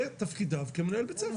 זה תפקידו כמנהל בית ספר.